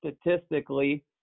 statistically